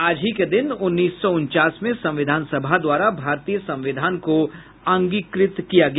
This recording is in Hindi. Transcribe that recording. आज ही के दिन उन्नीस सौ उनचास में संविधान सभा द्वारा भारतीय संविधान को अंगीकृत किया गया